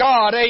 God